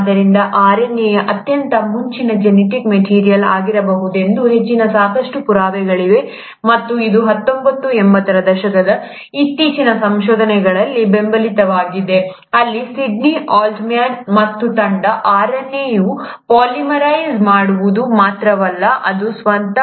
ಆದ್ದರಿಂದ RNA ಯು ಅತ್ಯಂತ ಮುಂಚಿನ ಜೆನೆಟಿಕ್ ಮೆಟೀರಿಯಲ್ ಆಗಿರಬಹುದೆಂದು ಸೂಚಿಸುವ ಸಾಕಷ್ಟು ಪುರಾವೆಗಳಿವೆ ಮತ್ತು ಇದು ಹತ್ತೊಂಬತ್ತು ಎಂಬತ್ತರ ದಶಕದ ಇತ್ತೀಚಿನ ಸಂಶೋಧನೆಗಳಿಂದ ಬೆಂಬಲಿತವಾಗಿದೆ ಅಲ್ಲಿ ಸಿಡ್ನಿ ಆಲ್ಟ್ಮ್ಯಾನ್ ಮತ್ತು ತಂಡ RNA ಯು ಪಾಲಿಮರೈಸ್ ಮಾಡುವುದು ಮಾತ್ರವಲ್ಲ ಅದು ಸ್ವತಃ